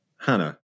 Hannah